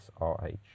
SRH